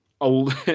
old